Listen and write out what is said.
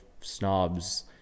snobs